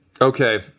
Okay